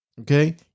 okay